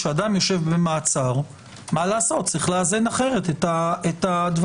כשאדם יושב במעצר, צריך לאזן אחרת את הדברים.